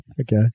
Okay